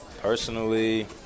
Personally